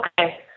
Okay